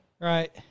right